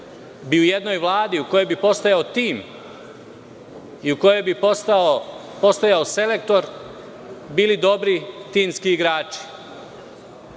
bi u jednoj Vladi u kojoj bi postojao tim i u kojoj bi postojao selektor, bili dobri timski igrači.